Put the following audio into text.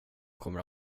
kommer